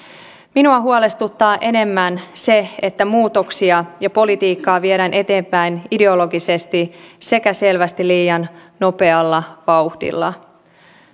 minua huolestuttaa enemmän se että muutoksia ja politiikkaa viedään eteenpäin ideologisesti sekä selvästi liian nopealla vauhdilla